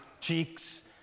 cheeks